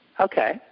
Okay